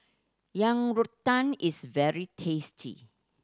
Yang Rou Tang is very tasty